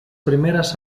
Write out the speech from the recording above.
primeras